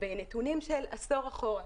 בנתונים של עשור אחורה.